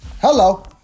Hello